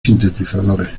sintetizadores